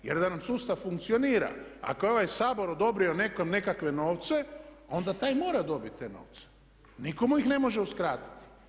Jer da nam sustav funkcionira, ako je ovaj Sabor odobrio nekom nekakve novce onda taj mora dobiti te novce, nitko mu ih ne može uskratiti.